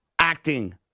acting